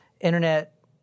internet